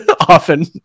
often